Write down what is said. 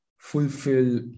Fulfill